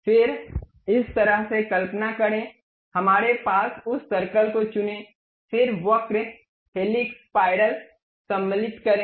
फिर इस तरह से कल्पना करें हमारे पास है उस सर्कल को चुनें फिर वक्र हेलिक्स स्पाइरल सम्मिलित करें